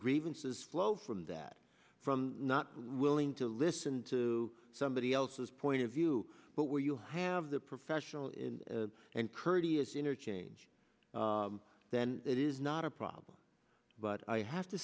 grievances flow from that from not willing to listen to somebody else's point of view but where you have the professional and courteous interchange then it is not a problem but i have to